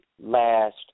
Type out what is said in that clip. last